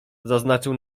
zaznaczył